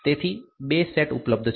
તેથી 2 સેટ ઉપલબ્ધ છે